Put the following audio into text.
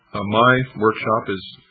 ah, my workshop is,